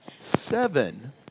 seven